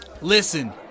Listen